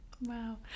Wow